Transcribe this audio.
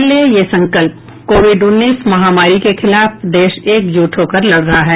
पहले ये संकल्प कोविड उन्नीस महामारी के खिलाफ देश एकजुट होकर लड़ रहा है